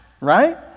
right